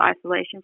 isolation